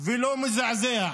ולא מזעזע.